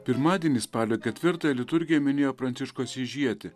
pirmadienį spalio ketvirtąją liturgija minėjo pranciškų asyžietį